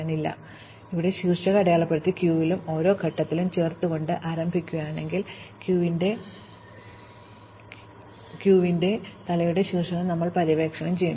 അതിനാൽ ഉറവിട ശീർഷകം അടയാളപ്പെടുത്തി ക്യൂവിലും ഓരോ ഘട്ടത്തിലും ചേർത്തുകൊണ്ട് ആരംഭിക്കുകയാണെങ്കിൽ ക്യൂവിന്റെ തലയുടെ ശീർഷകം ഞങ്ങൾ പര്യവേക്ഷണം ചെയ്യും